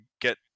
get